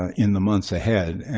in the months ahead. and